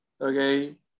okay